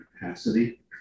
capacity